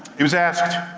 he was asked,